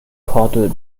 kordel